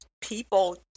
people